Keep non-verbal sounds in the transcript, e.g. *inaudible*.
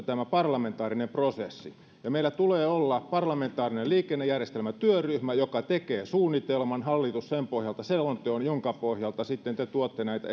*unintelligible* tämä parlamentaarinen prosessi meillä tulee olla parlamentaarinen liikennejärjestelmätyöryhmä joka tekee suunnitelman hallitus sen pohjalta selonteon jonka pohjalta sitten te tuotte näitä *unintelligible*